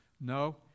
No